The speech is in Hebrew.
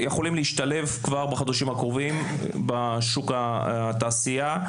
שיכולים להשתלב כבר בחודשים הקרובים בשוק התעשייה.